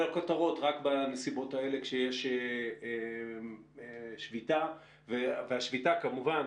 לכותרות רק בנסיבות האלה כשיש שביתה והשביתה כמובן